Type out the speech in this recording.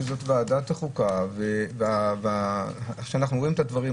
שזאת ועדת החוקה ושאנחנו רואים את הדברים,